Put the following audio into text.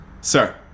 Sir